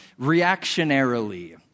reactionarily